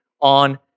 on